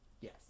yes